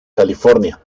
california